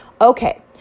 Okay